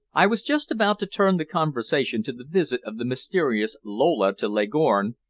i was just about to turn the conversation to the visit of the mysterious lola to leghorn,